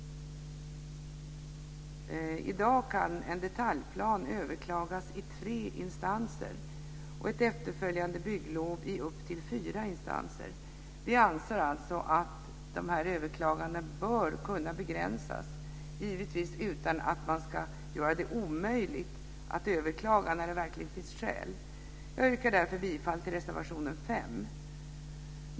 I dag kan en detaljplan överklagas i tre instanser och ett efterföljande bygglov i upp till fyra instanser. Vi anser att överklagandena bör kunna begränsas, givetvis utan att man ska göra det omöjligt att överklaga när det verkligen finns skäl. Jag yrkar därför bifall till reservation 5.